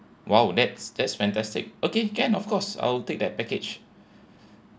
!wow! that's that's fantastic okay can of course I'll take that package